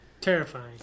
Terrifying